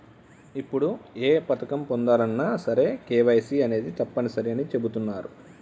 ఇప్పుడు ఏ పథకం పొందాలన్నా సరే కేవైసీ అనేది తప్పనిసరి అని చెబుతున్నరు